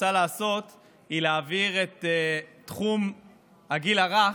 רוצה לעשות הוא להעביר את תחום הגיל הרך,